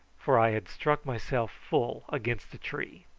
for i had struck myself full against a tree.